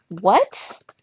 What